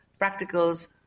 practicals